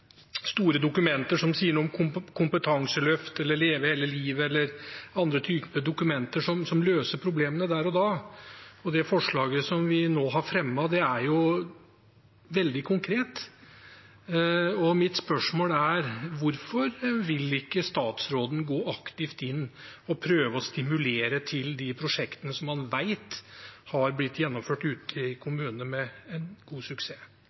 store dokumenter som sier noe om kompetanseløft eller Leve hele livet, eller andre typer dokumenter, som løser problemene der og da. Det forslaget som vi nå har fremmet, er veldig konkret. Mitt spørsmål er: Hvorfor vil ikke statsråden gå aktivt inn og prøve å stimulere til de prosjektene som man vet har blitt gjennomført ute i kommunene med stor suksess?